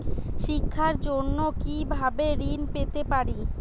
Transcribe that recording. শিক্ষার জন্য কি ভাবে ঋণ পেতে পারি?